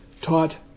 taught